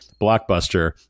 Blockbuster